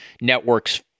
networks